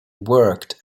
worked